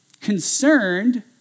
concerned